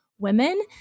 women